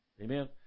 Amen